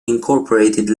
unincorporated